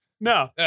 No